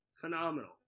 phenomenal